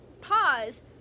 Pause